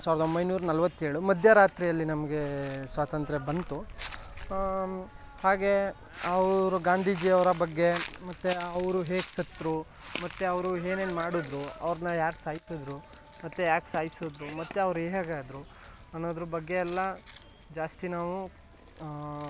ಸಾವ್ರ್ದ ಒಂಬೈನೂರ ನಲವತ್ತೇಳು ಮಧ್ಯರಾತ್ರಿಯಲ್ಲಿ ನಮಗೆ ಸ್ವಾತಂತ್ರ್ಯ ಬಂತು ಹಾಗೆ ಅವರು ಗಾಂಧೀಜಿಯವ್ರ ಬಗ್ಗೆ ಮತ್ತೆ ಅವರು ಹೇಗೆ ಸತ್ತರೂ ಮತ್ತೆ ಅವರು ಏನೇನು ಮಾಡಿದ್ರೂ ಅವ್ರನ್ನ ಯಾರು ಸಾಯ್ಸಿದ್ರು ಮತ್ತೆ ಯಾಕೆ ಸಾಯ್ಸಿದ್ರು ಮತ್ತೆ ಅವ್ರು ಹೇಗಾದರು ಅನ್ನೋದ್ರ ಬಗ್ಗೆ ಎಲ್ಲ ಜಾಸ್ತಿ ನಾವು